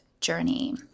journey